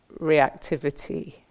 reactivity